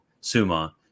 Summa